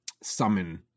summon